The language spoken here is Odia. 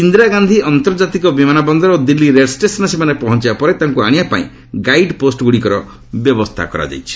ଇନ୍ଦିରା ଗାନ୍ଧି ଆନ୍ତର୍ଜାତିକ ବିମାନ ବନ୍ଦର ଓ ଦିଲ୍ଲୀ ରେଳ ଷ୍ଟେସନ୍ରେ ସେମାନେ ପହଞ୍ଚିବା ପରେ ତାଙ୍କୁ ଆଶିବା ପାଇଁ ଗାଇଡ୍ ପୋଷ୍ଟଗୁଡ଼ିକର ବ୍ୟବସ୍ଥା କରାଯାଇଛି